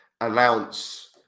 announce